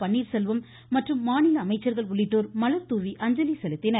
பன்னீர்செல்வம் மற்றும் மாநில அமைச்சர்கள் உள்ளிட்டோர் மலர்தூவி அஞ்சலி செலுத்தினர்